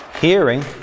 hearing